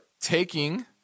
taking